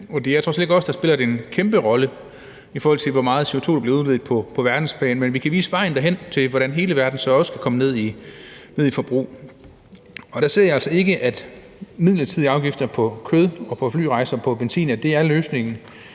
og det er trods alt ikke os, der spiller en kæmpe rolle, i forhold til hvor meget CO2 der bliver udledt på verdensplan, men vi kan vise vejen til, hvordan hele verden så også kan komme ned i forbrug. Og der ser jeg altså ikke, at midlertidige afgifter på kød og på flyrejser og på benzin er løsningen.